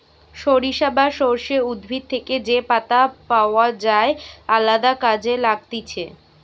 সরিষা বা সর্ষে উদ্ভিদ থেকে যে পাতা পাওয় যায় আলদা কাজে লাগতিছে